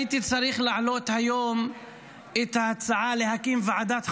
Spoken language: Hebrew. הייתי צריך להעלות היום את ההצעה להקמת ועדה פרלמנטרית,